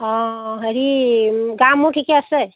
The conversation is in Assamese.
অ' হেৰি গা মূৰ ঠিকে আছে